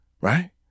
right